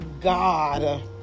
God